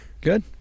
Good